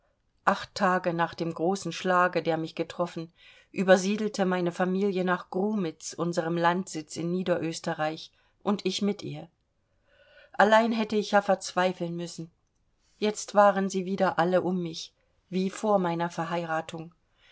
acht tage nach dem großen schlage der mich getroffen übersiedelte meine familie nach grumitz unserem landsitz in niederösterreich und ich mit ihr allein hätte ich ja verzweifeln müssen jetzt waren sie wieder alle um mich wie vor meiner verheiratung